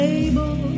able